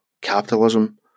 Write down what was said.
capitalism